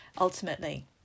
ultimately